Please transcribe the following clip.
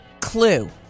clue